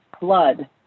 blood